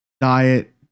diet